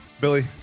Billy